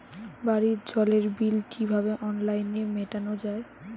বাড়ির জলের বিল কিভাবে অনলাইনে মেটানো যায়?